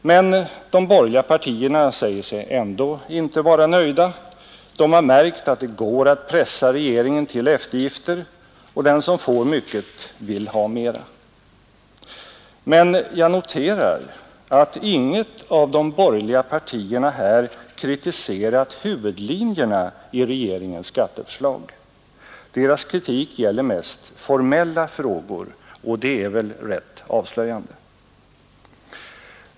Men de borgerliga partierna säger sig ändå inte vara nöjda. De har märkt att det går att pressa regeringen till eftergifter, och den som får mycket vill ha mera. Men jag noterar att inget av de borgerliga partierna här kritiserat huvudlinjerna i regeringens skatteförslag. Deras kritik gäller mest formella frågor, och det är väl rätt avslöjande.